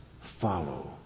follow